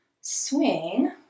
swing